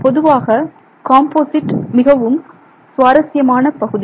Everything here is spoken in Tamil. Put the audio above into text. பொதுவாக காம்போசிட் மிகவும் சுவாரஸ்யமான பகுதி